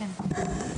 כן,